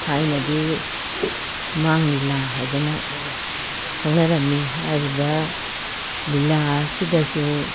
ꯊꯥꯏꯅꯗꯤ ꯁꯨꯃꯥꯡ ꯂꯤꯂꯥ ꯍꯥꯏꯗꯅ ꯈꯪꯅꯔꯝꯃꯤ ꯍꯥꯏꯔꯤꯕ ꯂꯤꯂꯥ ꯑꯁꯤꯗꯁꯨ